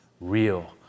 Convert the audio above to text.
Real